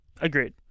Agreed